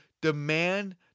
demand